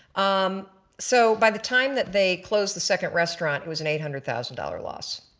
um so by the time that they closed the second restaurant it was an eight hundred thousand dollars loss.